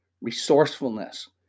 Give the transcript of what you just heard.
resourcefulness